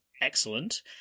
Excellent